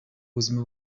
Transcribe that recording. buzima